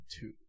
two